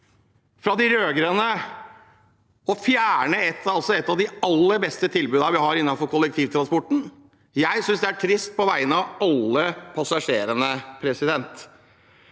fra de rød-grønne: å fjerne et av de aller beste tilbudene vi har innenfor kollektivtransporten. Jeg synes det er trist på vegne av alle passasjerene. Jeg